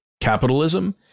capitalism